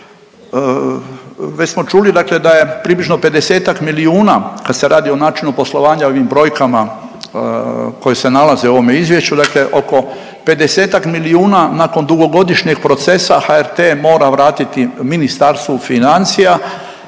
toga, već smo čuli da je približno 50-ak milijuna, kad se radi o načinu poslovanja, ovim brojkama koje se nalaze u ovome Izvješću, oko 50-ak milijuna nakon dugogodišnjeg procesa HRT mora vratiti Ministarstvu financija,